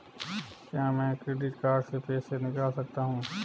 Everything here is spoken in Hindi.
क्या मैं क्रेडिट कार्ड से पैसे निकाल सकता हूँ?